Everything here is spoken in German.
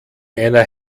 einer